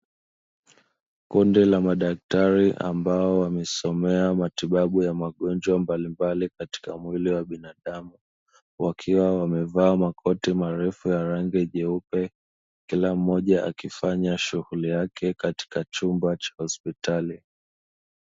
Kundi la madaktari ambao wamesomea matibabu ya magonjwa mbalimbali katika mwili wa binadamu, wakiwa wamevaa makoti marefu ya rangi nyeupe kila mmoja akifanya shughuli yake katika chumba cha hospitali.